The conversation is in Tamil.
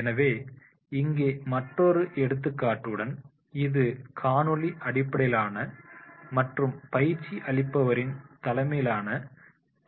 எனவே இங்கே மற்றொரு எடுத்துக்காட்டு இது காணொளி அடிப்படையிலான மற்றும் பயிற்சி அளிப்பவரின் தலைமையிலான